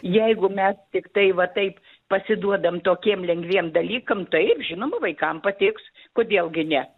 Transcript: jeigu mes tiktai va taip pasiduodam tokiem lengviem dalykam taip žinoma vaikam patiks kodėl gi ne